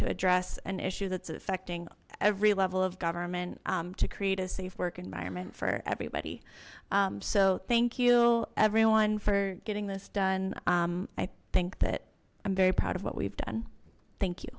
to address an issue that's affecting every level of government to create a safe work environment for everybody so thank you everyone for getting this done i think that i'm very proud of what we've done thank